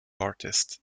artist